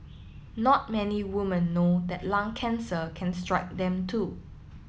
not many woman know that lung cancer can strike them too